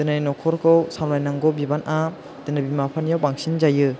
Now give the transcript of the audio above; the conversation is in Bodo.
दिनै नखरखौ सामलायनांगौ बिबाना दिनै बिमा बिफानियाव बांसिन जायो